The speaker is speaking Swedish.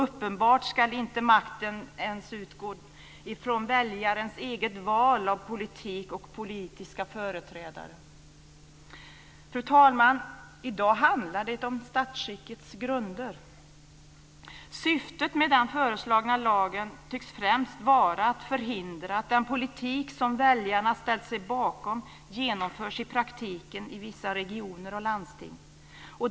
Uppenbart ska makten inte ens utgå från väljarens egna val av politik och politiska företrädare. Fru talman! I dag handlar det om statsskickets grunder. Syftet med den föreslagna lagen tycks främst vara att förhindra att den politik som väljarna har ställt sig bakom genomförs i praktiken i vissa regioner och landsting.